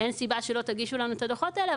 אין סיבה שלא תגישו לנו את הדו"חות האלה.